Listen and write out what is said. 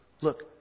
look